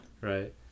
Right